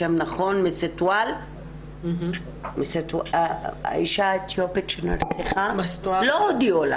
מיסטוואל, האישה האתיופית שנרצחה, לא הודיעו לה